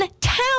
town